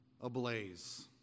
ablaze